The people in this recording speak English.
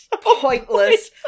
pointless